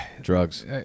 Drugs